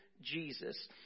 Jesus